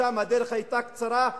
ומשם הדרך היתה קצרה,